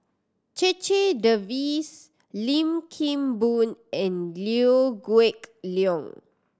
Checha Davies Lim Kim Boon and Liew Geok Leong